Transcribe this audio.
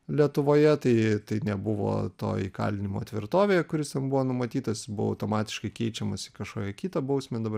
lietuvoje tai nebuvo to įkalinimo tvirtovėje kuris ten buvo numatytas buvo automatiškai keičiamas į kažkokią kitą bausmę dabar